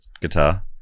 guitar